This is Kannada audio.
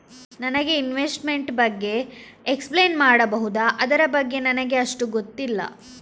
ನನಗೆ ಇನ್ವೆಸ್ಟ್ಮೆಂಟ್ ಬಗ್ಗೆ ಎಕ್ಸ್ಪ್ಲೈನ್ ಮಾಡಬಹುದು, ಅದರ ಬಗ್ಗೆ ನನಗೆ ಅಷ್ಟು ಗೊತ್ತಿಲ್ಲ?